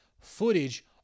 footage